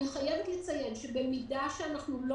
אני חייבת לציין שבמידה שאנחנו לא